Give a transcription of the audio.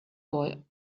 boy